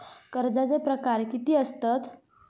कर्जाचे प्रकार कीती असतत?